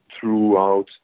throughout